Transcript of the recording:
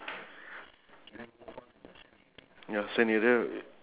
I think mine is brown shoe and uh purple